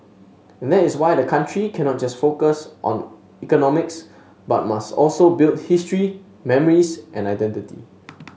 and that is why the country cannot just focus on economics but must also build history memories and identity